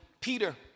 Peter